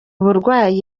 uburwayi